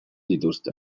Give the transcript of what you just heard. dituzte